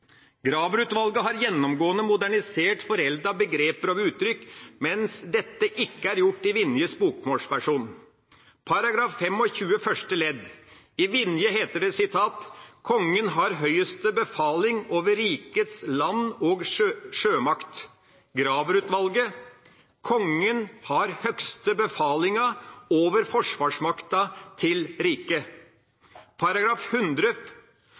Graver-utvalget har gjennomgående modernisert foreldede begreper og uttrykk, mens dette ikke er gjort i Vinjes bokmålsversjon. I § 25 første ledd i Vinjes versjon heter det: «Kongen har høyeste befaling over rikets land- og sjømakt». I Graver-utvalgets versjon heter det: «Kongen har høgste befalinga over forsvarsmakta til riket». I § 100